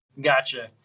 Gotcha